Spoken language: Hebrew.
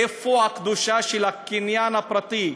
איפה הקדושה של הקניין הפרטי?